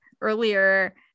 earlier